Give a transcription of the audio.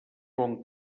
bon